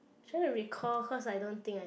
trying to recall cause I don't think I